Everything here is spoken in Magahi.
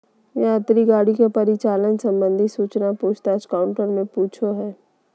यात्री गाड़ी के परिचालन संबंधित सूचना पूछ ताछ काउंटर से पूछो हइ